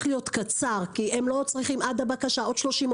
להיות קצר כי הם לא צריכים עד הבקשה עוד 30,